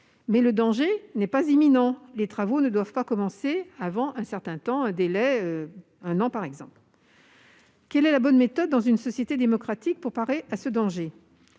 sans pour autant être imminent, les travaux ne devant pas commencer avant un certain délai, un an par exemple. Quelle est la bonne méthode dans une société démocratique pour parer à ce danger ?